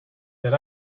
that